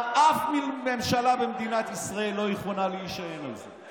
אף ממשלה במדינת ישראל לא יכולה להישען עליכם.